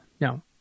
No